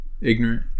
Ignorant